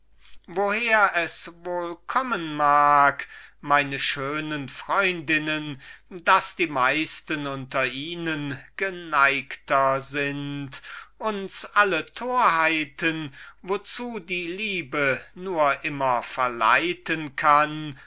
woher es wohl kommen mag meine schönen damen daß die meisten unter ihnen geneigter sind uns alle torheiten welche die liebe nur immer begehen machen kann